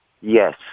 Yes